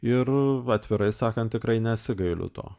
ir atvirai sakant tikrai nesigailiu to